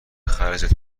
خرجت